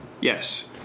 yes